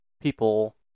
people